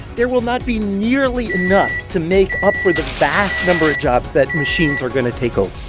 there will not be nearly enough to make up for the vast number of jobs that machines are going to take over